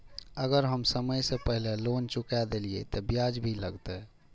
अगर हम समय से पहले लोन चुका देलीय ते ब्याज भी लगते?